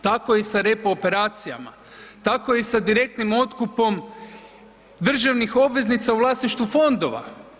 Tako je i sa repooperacijama, tako je i sa direktnim otkupom državnih obveznica u vlasništvu fondova.